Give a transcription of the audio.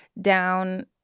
down